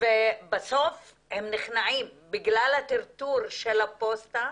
ובסוף הם נכנעים בגלל הטרטור של הפוסטה,